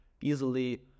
easily